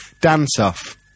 dance-off